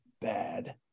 bad